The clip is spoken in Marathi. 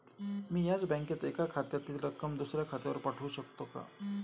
मी याच बँकेत एका खात्यातील रक्कम दुसऱ्या खात्यावर पाठवू शकते का?